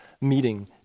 meeting